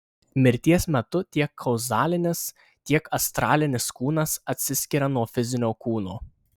mirties metu tiek kauzalinis tiek astralinis kūnas atsiskiria nuo fizinio kūno